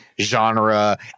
genre